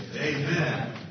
Amen